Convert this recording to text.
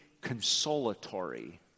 consolatory